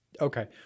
Okay